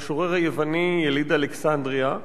המשורר היווני יליד אלכסנדריה,